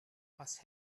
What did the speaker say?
was